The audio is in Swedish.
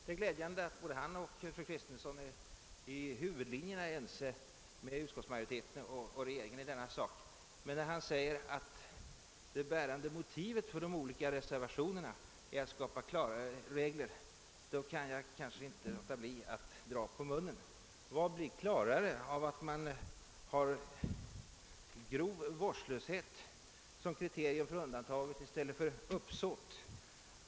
Det är glädjande att både han och fru Kristensson i huvudlinjerna är ense med utskottsmajoriteten och regeringen i denna sak, men när han säger att det bärande motivet för de olika reservationerna är att skapa klarare regler kan jag inte låta bli att dra på munnen. Vad blir klarare av att man har >»grov vårdslöshet» såsom kriterium för undantaget i stället för >uppsåt»?